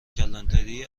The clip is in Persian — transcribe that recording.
کلانتری